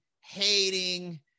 hating